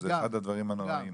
שזה אחד הדברים הנוראיים.